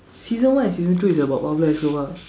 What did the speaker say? season one and season two is about Pablo Escobar